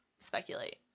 speculate